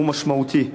הוא משמעותי.